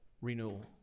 renewal